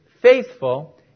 faithful